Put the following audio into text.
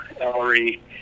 Ellery